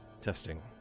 testing